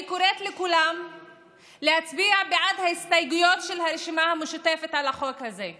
אני קוראת לכולם להצביע בעד ההסתייגויות של הרשימה המשותפת לחוק הזה.